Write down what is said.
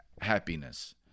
happiness